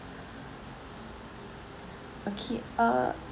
okay uh